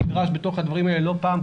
נידרש בתוך הדברים האלה לא פעם,